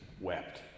wept